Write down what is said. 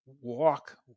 walk